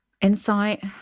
insight